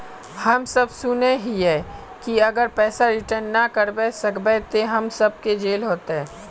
हम सब सुनैय हिये की अगर पैसा रिटर्न ना करे सकबे तो हम सब के जेल होते?